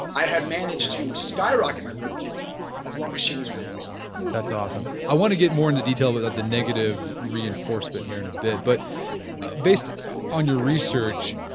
i have managed to skyrocket my productivity as long as she was with me that's awesome. i want to get more into detail about the negative reinforcement here in a bit, but based on your research,